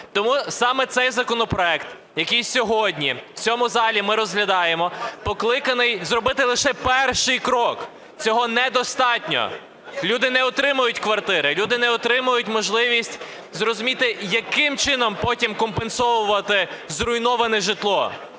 Тому саме цей законопроект, який сьогодні в цьому залі ми розглядаємо, покликаний зробити лише перший крок. Цього недостатньо. Люди не отримують квартири, люди не отримують можливість зрозуміти, яким чином потім компенсовувати зруйноване житло.